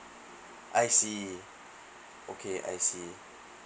I see okay I see